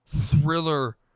thriller